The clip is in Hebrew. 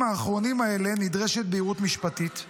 האחרונים האלה נדרשת בהירות משפטית.